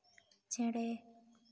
ᱪᱮᱬᱮ